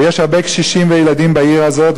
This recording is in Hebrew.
ויש הרבה קשישים וילדים בעיר הזאת,